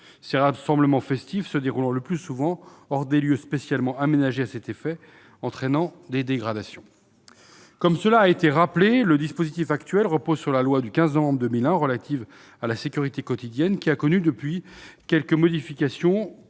Ces rassemblements festifs se déroulent le plus souvent hors des lieux spécialement aménagés à cet effet, ce qui entraîne des dégradations. Comme cela a été rappelé, le dispositif actuel repose sur la loi du 15 novembre 2001 relative à la sécurité quotidienne, qui a connu au fil des ans quelques modifications :